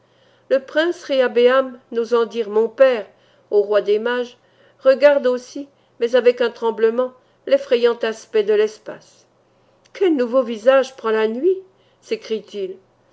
le prince réhabëam n'osant dire mon père au roi des mages regarde aussi mais avec un tremblement l'effrayant aspect de l'espace quel nouveau visage prend la nuit s'écrie-t-il